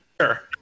Sure